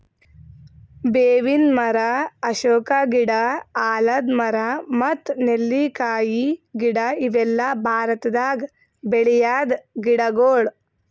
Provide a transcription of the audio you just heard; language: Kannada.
ಬೇವಿನ್ ಮರ, ಅಶೋಕ ಗಿಡ, ಆಲದ್ ಮರ ಮತ್ತ್ ನೆಲ್ಲಿಕಾಯಿ ಗಿಡ ಇವೆಲ್ಲ ಭಾರತದಾಗ್ ಬೆಳ್ಯಾದ್ ಗಿಡಗೊಳ್